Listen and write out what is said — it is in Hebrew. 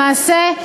למעשה,